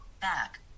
Back